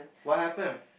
what happen